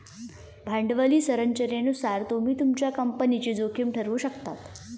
भांडवली संरचनेनुसार तुम्ही तुमच्या कंपनीची जोखीम ठरवु शकतास